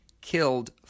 killed